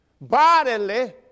bodily